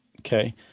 okay